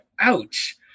ouch